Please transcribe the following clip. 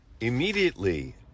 Immediately